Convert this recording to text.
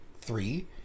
three